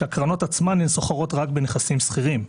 והקרנות עצמן סוחרות רק בנכסים סחירים.